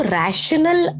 rational